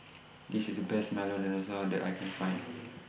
This IS The Best Milo Dinosaur that I Can Find